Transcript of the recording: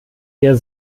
eher